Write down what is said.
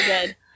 good